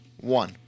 one